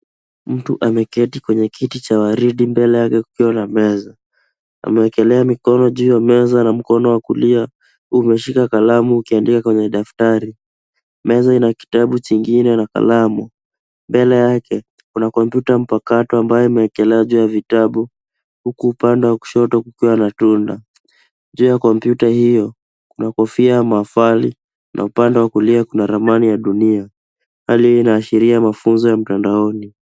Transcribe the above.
Mtu ameketi kwenye kiti cha waridi mbele yake kukiwa na meza. Ameekelea mikono juu ya meza na mkono wa kulia umeshika kalamu ukiandikia kwenye daftari. Meza ina kitabu kingine na kalamu. Mbele yake kuna kompyuta mpakato ambaye imewekelewa juu ya vitabu, huku upande wa kushoto kukiwa na tunda. Juu ya kompyuta hiyo kuna kofia ya mahafali na upande wa kulia kuna ramani ya dunia. Hali hii inaashiira mafunzo ya mtandaoni.